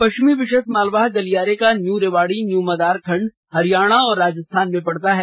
पश्चिमी विशेष मालवाहक गलियारे का न्यू रेवाड़ी न्यू मदार खण्ड हरियाणा और राजस्थान में पड़ता है